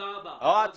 תודה רבה, מכתב יפה.